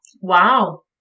Wow